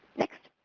next.